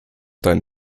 deinen